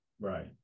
right